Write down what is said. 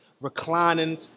reclining